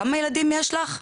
כמה ילדים יש לך?